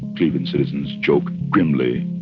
cleveland citizens joke grimly.